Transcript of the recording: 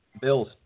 Bills